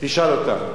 תשאל אותה.